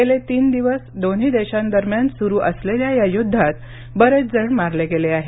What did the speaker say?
गेले तीन दिवस दोन्ही देशांदरम्यान सुरू असलेल्या या युद्धात बरेच जण मारले गेले आहेत